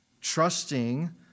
Trusting